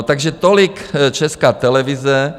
Takže tolik Česká televize.